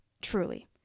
Truly